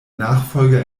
nachfolger